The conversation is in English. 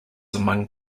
among